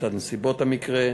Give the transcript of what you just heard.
את נסיבות המקרה.